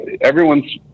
everyone's